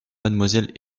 mademoiselle